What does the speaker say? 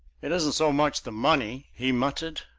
it isn't so much the money, he muttered,